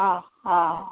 हा हा